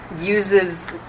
uses